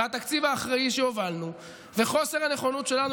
והתקציב האחראי שהובלנו וחוסר הנכונות שלנו